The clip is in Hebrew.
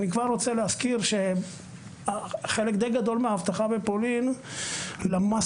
אני כבר רוצה להזכיר שחלק די גדול מהאבטחה בפולין למסות